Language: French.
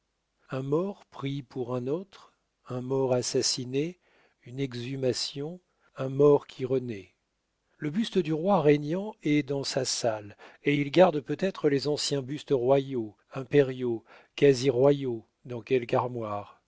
un mort pris pour un autre un mort assassiné une exhumation un mort qui renaît le buste du roi régnant est dans sa salle et il garde peut-être les anciens bustes royaux impériaux quasi royaux dans quelque armoire